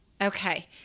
okay